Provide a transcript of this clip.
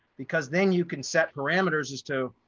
because then you can set parameters as to,